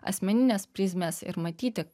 asmenines prizmės ir matyti